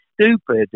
stupid